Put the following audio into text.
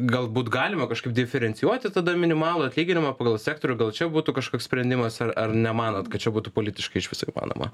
galbūt galima kažkaip diferencijuoti tada minimalų atlyginimą pagal sektorių gal čia būtų kažkoks sprendimas ar ar nemanot kad čia būtų politiškai iš viso įmanoma